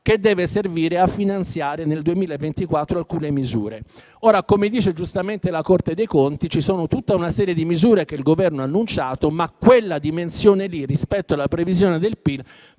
che deve servire a finanziare alcune misure nel 2024. Come dice giustamente la Corte dei Conti, vi è tutta una serie di misure che il Governo ha annunciato, ma quella dimensione lì, rispetto alla previsione del PIL,